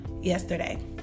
yesterday